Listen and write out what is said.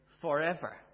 forever